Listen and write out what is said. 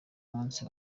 munsi